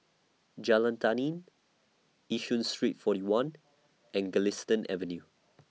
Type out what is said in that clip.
Jalan Tani Yishun Street forty one and Galistan Avenue